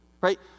right